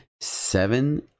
seven